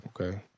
Okay